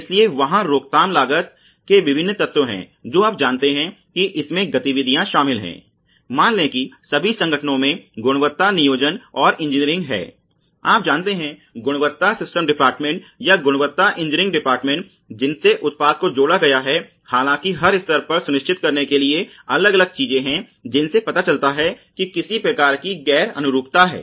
इसलिए वहाँ रोकथाम लागत के विभिन्न तत्व हैं जो आप जानते हैं कि इसमें गतिविधियाँ शामिल हैं मान लें कि सभी संगठनों में गुणवत्ता नियोजन और इंजीनियरिंग है आप जानते हैं गुणवत्ता सिस्टम डिपार्टमेंट या गुणवत्ता इंजीनियरिंग डिपार्टमेंट जिनसे उत्पाद को जोड़ा गया हालांकि हर स्तर पर सुनिश्चित करने के लिए अलग अलग चीजें हैं जिनसे पता चलता है कि किसी प्रकार की गैर अनुरूपता है